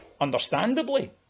understandably